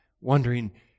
wondering